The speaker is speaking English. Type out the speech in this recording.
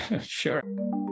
sure